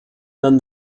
than